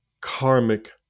karmic